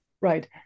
Right